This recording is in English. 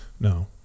No